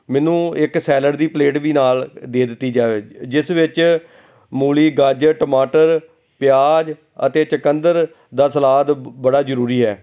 ਮੈਨੂੰ ਇੱਕ ਸੈਲਡ ਦੀ ਪਲੇਟ ਵੀ ਨਾਲ ਦੇ ਦਿੱਤੀ ਜਾਵੇ ਜਿਸ ਵਿੱਚ ਮੂਲੀ ਗਾਜਰ ਟਮਾਟਰ ਪਿਆਜ਼ ਅਤੇ ਚੁਕੰਦਰ ਦਾ ਸਲਾਦ ਬ ਬੜਾ ਜ਼ਰੂਰੀ ਹੈ